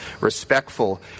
respectful